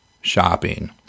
shopping